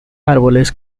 árboles